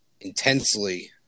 intensely